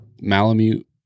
Malamute